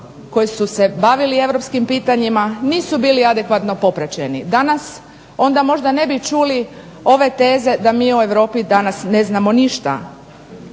koji su se bavili europskim pitanjima nisu bili adekvatno popraćeni. Danas onda možda ne bi čuli ove teze da mi o Europi danas ne znamo ništa.